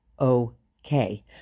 okay